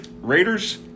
Raiders